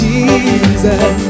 Jesus